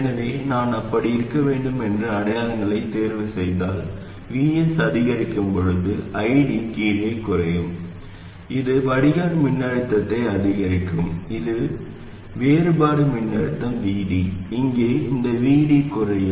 எனவே நான் அப்படி இருக்க வேண்டும் என்று அடையாளங்களை தேர்வு செய்தால் Vs அதிகரிக்கும் போது ID கீழே குறையும் இது வடிகால் மின்னழுத்தத்தை அதிகரிக்கும் இது வேறுபாடு மின்னழுத்தம் Vd இங்கே இந்த Vd குறையும்